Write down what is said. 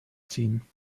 ziehen